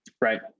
Right